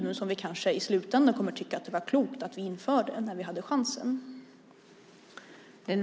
Men i slutändan kommer vi kanske att tycka att det var klokt att vi införde dem när vi hade chansen.